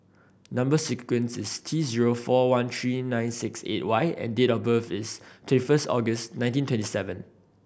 number sequence is T zero four one three nine six eight Y and date of birth is twenty first August nineteen twenty seven